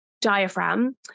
diaphragm